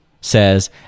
says